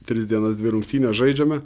tris dienas dvi rungtynes žaidžiame